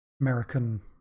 American